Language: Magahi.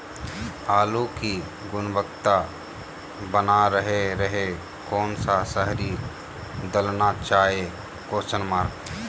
आलू की गुनबता बना रहे रहे कौन सा शहरी दलना चाये?